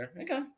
Okay